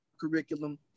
curriculum